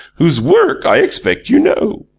whose work i expect you know.